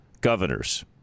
governors